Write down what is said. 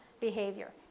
behavior